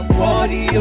party